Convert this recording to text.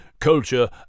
culture